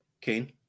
Kane